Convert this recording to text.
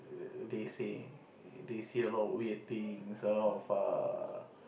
they say they see a lot weird things a lot of err